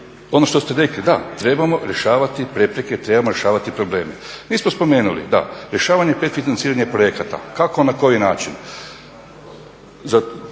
ono što ste rekli, da, trebamo rješavati prepreke, trebamo rješavati probleme. Mi smo spomenuli da rješavanje predfinanciranja projekata kako, na koji način,